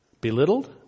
belittled